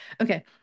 Okay